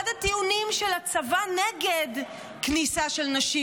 אחד הטיעונים של הצבא נגד כניסה של נשים